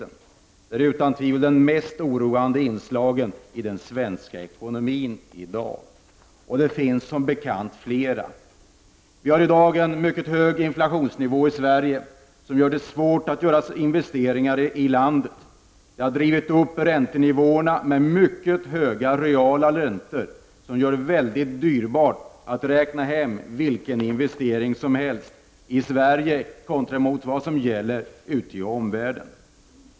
Det är utan tvivel det mest oroande inslaget i den svenska konjunkturbilden.” Det finns som bekant fler exempel. Vi har i dag en mycket hög inflationsnivå i Sverige, vilket gör det svårt att göra investeringar i landet. Det har drivit upp räntenivåerna, med mycket höga reala räntor, som gör det väldigt dyrbart att räkna med vilka investeringar som helst i Sverige kontra ute i omvärlden.